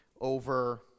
over